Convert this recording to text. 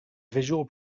visual